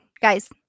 Guys